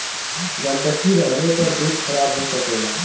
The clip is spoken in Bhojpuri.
गन्दगी रहले पर दूध खराब हो सकेला